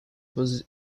was